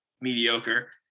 Mediocre